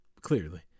Clearly